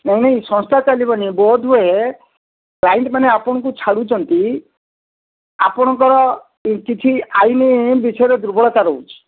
ନାଇଁ ନାଇଁ ସଂସ୍ଥା ଚାଲିବନି ବୋଧହୁଏ କ୍ଲାଇଣ୍ଟମାନେ ଆପଣଙ୍କୁ ଛାଡ଼ୁଛନ୍ତି ଆପଣଙ୍କର କିଛି ଆଇନି ବିଷୟରେ ଦୁର୍ବଳତା ରହୁଛି